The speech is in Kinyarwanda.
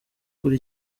kuri